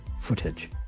footage